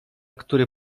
który